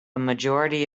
majority